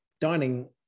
dining